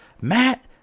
Matt